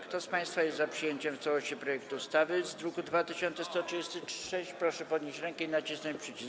Kto z państwa jest za przyjęciem w całości projektu ustawy z druku nr 2136, proszę podnieść rękę i nacisnąć przycisk.